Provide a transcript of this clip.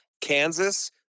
Kansas